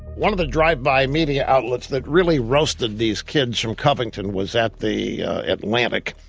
one of the drive-by media outlets that really roasted these kids from covington was at the atlantic.